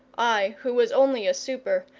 i, who was only a super,